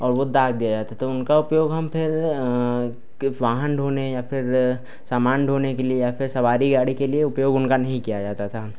और वह दाग दिया जाता था तो उनका उपयोग हम फिर वाहन ढोने या फिर सामान ढोने के लिए या फिर सवारी गाड़ी के लिए उपयोग उनका नहीं किया जाता था